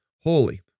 holy